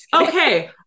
Okay